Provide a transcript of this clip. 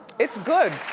it's good.